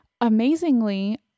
Amazingly